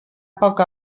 poc